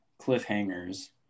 cliffhangers